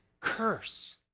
curse